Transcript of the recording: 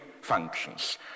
functions